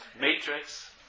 Matrix